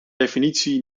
definitie